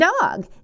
dog